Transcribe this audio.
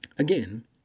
Again